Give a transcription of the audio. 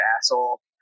asshole